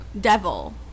Devil